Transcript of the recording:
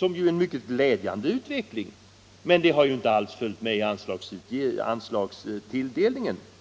vilket ju är en mycket glädjande utveckling. Men anslagstilldelningen har inte följt med i denna utveckling.